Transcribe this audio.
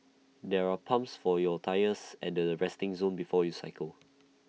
there are pumps for your tyres at the resting zone before you cycle